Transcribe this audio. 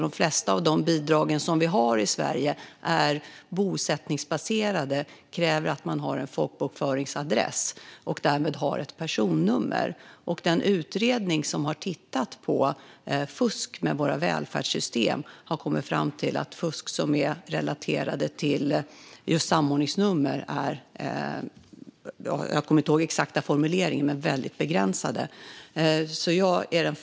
De flesta av de bidrag som vi har i Sverige är bosättningsbaserade och kräver att man har en folkbokföringsadress och därmed har ett personnummer. Den utredning som har tittat på fusk med våra välfärdssystem har kommit fram till att det fusk som är relaterat till just samordningsnummer är mycket begränsat, men jag kommer inte ihåg den exakta formuleringen.